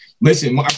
Listen